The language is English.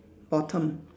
bottom